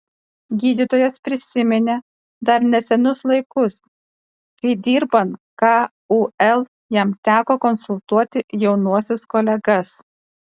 gydytojas prisiminė dar nesenus laikus kai dirbant kul jam teko konsultuoti jaunuosius kolegas